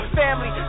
family